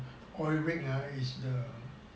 oil rig ah is the